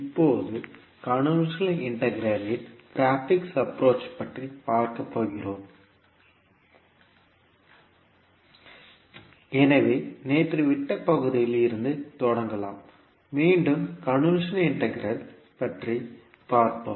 இப்போது convolution integral இன் graphical approach பற்றி பார்க்கப் போகிறோம் எனவே நேற்று விட்ட பகுதியில் இருந்து தொடங்கலாம் மீண்டும் கன்வொல்யூஷன் இன்டெக்ரல் பற்றி பார்ப்போம்